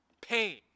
Pain